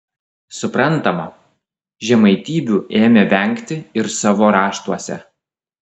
suprantama žemaitybių ėmė vengti ir savo raštuose